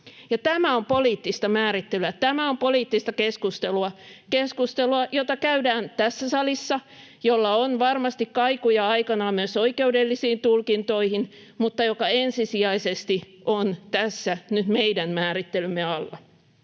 Tämä on poliittista määrittelyä, tämä on poliittista keskustelua, jota käydään tässä salissa ja jolla on varmasti kaikuja aikanaan myös oikeudellisiin tulkintoihin mutta joka ensisijaisesti on tässä nyt meidän määrittelymme alla.